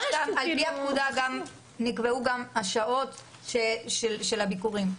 על פי הפקודה נקבעו גם השעות של הביקורים.